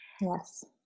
Yes